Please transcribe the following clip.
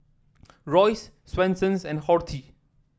Royce Swensens and Horti